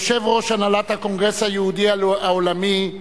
יושב-ראש הנהלת הקונגרס היהודי העולמי,